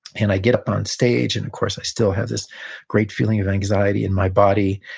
and i get up on stage, and of course, i still have this great feeling of anxiety in my body.